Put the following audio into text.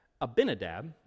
Abinadab